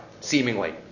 Seemingly